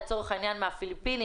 לצורך העניין מהפיליפינים,